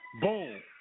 Boom